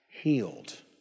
healed